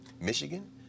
Michigan